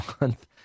month